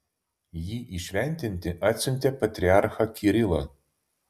jį įšventinti atsiuntė patriarchą kirilą